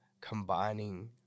combining